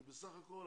כי בסך הכול,